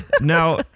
Now